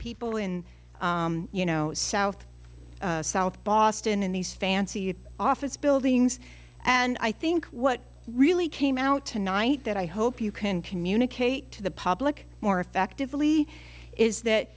people in you know south south boston in these fancy office buildings and i think what really came out tonight that i hope you can communicate to the public more effectively is that